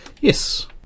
Yes